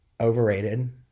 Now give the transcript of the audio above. overrated